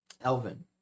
Elvin